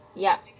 yup